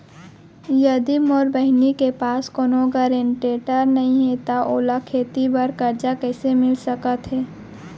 यदि मोर बहिनी के पास कोनो गरेंटेटर नई हे त ओला खेती बर कर्जा कईसे मिल सकत हे?